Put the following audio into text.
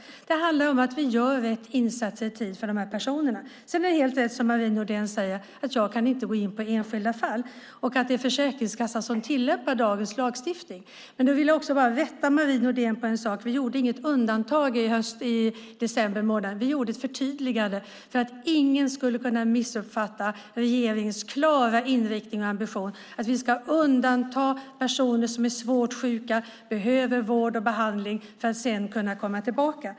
Det handlar om att vi gör rätt insatser i tid för de här personerna. Sedan är det, som Marie Nordén säger, helt rätt att jag inte kan gå in på enskilda fall. Det är Försäkringskassan som tillämpar dagens lagstiftning. Men jag vill också rätta Marie Nordén när det gäller en sak: Vi gjorde inget undantag i december månad. Vi gjorde ett förtydligande så att ingen skulle kunna missuppfatta regeringens klara inriktning och ambition att vi ska undanta personer som är svårt sjuka och behöver vård och behandling för att sedan kunna komma tillbaka.